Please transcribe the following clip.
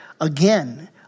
Again